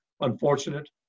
unfortunate